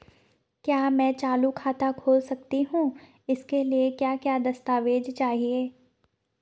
क्या मैं चालू खाता खोल सकता हूँ इसके लिए क्या क्या दस्तावेज़ चाहिए?